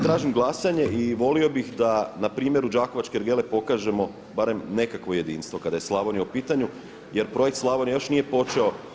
Tražim glasanje i volio bih da na primjeru Đakovačke ergele pokažemo barem nekakvo jedinstvo kada je Slavonija u pitanju jer projekt Slavonija još nije počeo.